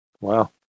Wow